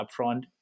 upfront